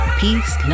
peace